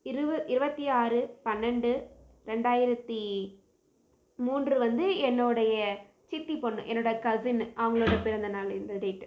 இருப இருபத்தி ஆறு பன்னெண்டு ரெண்டாயிரத்தி மூன்று வந்து என்னோடைய சித்தி பொண்ணு என்னோடய கசின் அவங்களோட பிறந்தநாள் இந்த டேட்டு